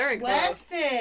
Weston